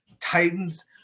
Titans